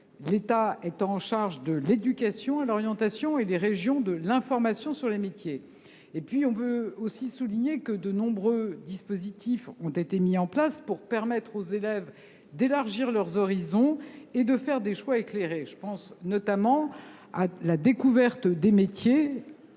l’État étant chargé de l’éducation et de l’orientation et les régions de l’information sur les métiers. Dans le même temps, de nombreux dispositifs ont été mis en place pour permettre aux élèves d’élargir leurs horizons et de faire des choix éclairés. Je pense notamment à la découverte des métiers